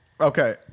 Okay